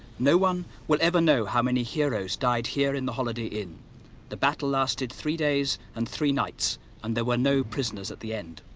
no one will ever know how many heroes died here in the holiday inn the battle lasted three days and three nights and there were no prisoners at the end